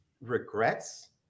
Regrets